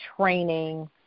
training